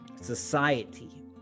society